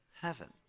heaven